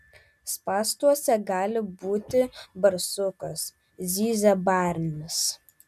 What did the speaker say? spąstuose gali būti barsukas zyzia barnis